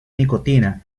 nicotina